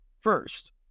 first